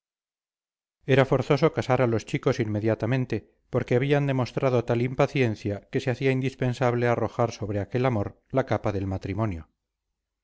era forzoso casar a los chicos inmediatamente porque habían demostrado tal impaciencia que se hacía indispensable arrojar sobre aquel amor la capa del matrimonio